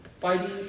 fighting